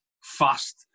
fast